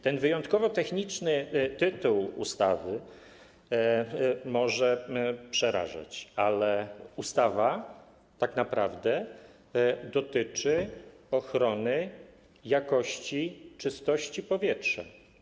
Ten wyjątkowo techniczny tytuł ustawy może przerażać, ale ustawa tak naprawdę dotyczy ochrony jakości i czystości powietrza.